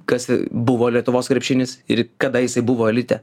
kas buvo lietuvos krepšinis ir kada jisai buvo elite